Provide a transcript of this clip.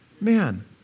man